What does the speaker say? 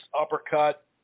uppercut